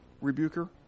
rebuker